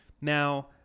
Now